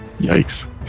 Yikes